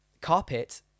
carpet